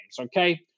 okay